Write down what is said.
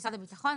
משרד הביטחון.